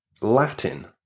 Latin